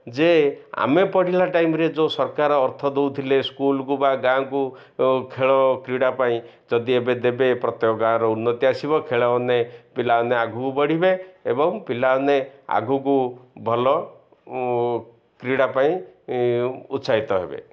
ଯେ ଆମେ ପଢ଼ିଲା ଟାଇମ୍ରେ ଯେଉଁ ସରକାର ଅର୍ଥ ଦଉଥିଲେ ସ୍କୁଲ୍କୁ ବା ଗାଁକୁ ଖେଳ କ୍ରୀଡ଼ା ପାଇଁ ଯଦି ଏବେ ଦେବେ ପ୍ରତ୍ୟେକ ଗାଁର ଉନ୍ନତି ଆସିବ ଖେଳମାନେ ପିଲାମାନେ ଆଗକୁ ବଢ଼ିବେ ଏବଂ ପିଲାମାନେ ଆଗୁକୁ ଭଲ କ୍ରୀଡ଼ା ପାଇଁ ଉତ୍ସାହିତ ହେବେ